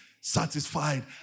satisfied